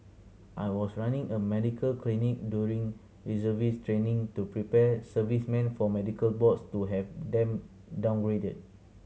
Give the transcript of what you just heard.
I was running a medical clinic during reservist training to prepare servicemen for medical boards to have them downgraded